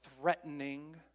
threatening